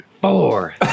four